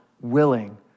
willing